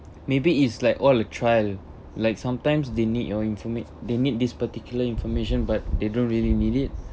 maybe it's like all a trial like sometimes they need your informa~ they need this particular information but they don't really need it